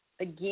again